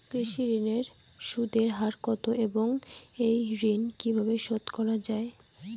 কৃষি ঋণের সুদের হার কত এবং এই ঋণ কীভাবে শোধ করা য়ায়?